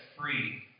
free